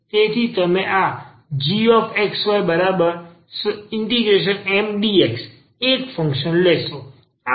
તેથી તમે આ gxy∫Mdx એક ફંક્શન લેશો